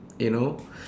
you know